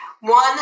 One